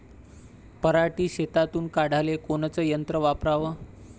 पराटी शेतातुन काढाले कोनचं यंत्र वापराव?